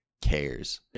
cares